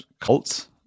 cult